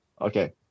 Okay